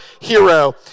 hero